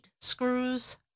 screws